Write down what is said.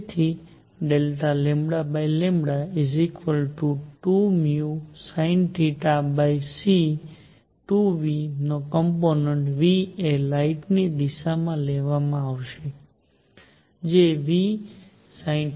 તેથી 2vsinθc 2 v નો component v એ લાઇટ ની દિશામાં લેવામાં આવશે જે vsinθ છે